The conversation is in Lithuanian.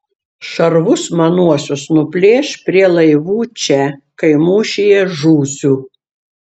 šarvus manuosius nuplėš prie laivų čia kai mūšyje žūsiu